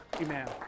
amen